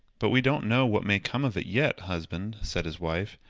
but we don't know what may come of it yet, husband, said his wife.